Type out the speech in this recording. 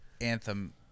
anthem